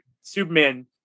Superman